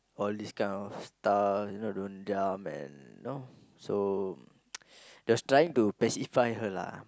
all these kind of stuff you know don't jump and you know so they was trying to pacify her lah